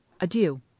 Adieu